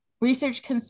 Research